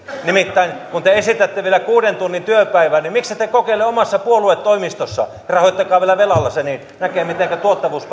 nimittäin kun te esitätte vielä kuuden tunnin työpäivää niin miksette kokeile omassa puoluetoimistossanne rahoittakaa vielä velalla se niin näkee mitenkä tuottavuus